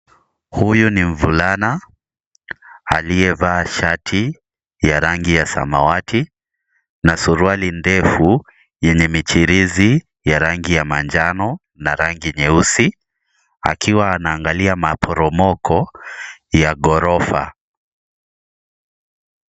Huyu ni mvulana aliyevaa shati ya rangi ya samawati na suruali ndefu yenye michirizi ya rangi ya manjano na rangi nyeusi, akiwa anaangalia maporomoko ya ghorofa.